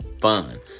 fun